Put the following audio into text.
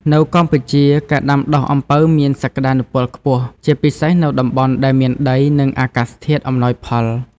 នៅកម្ពុជា ការដាំដុះអំពៅមានសក្តានុពលខ្ពស់ ជាពិសេសនៅតំបន់ដែលមានដី និងអាកាសធាតុអំណោយផល។